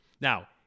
Now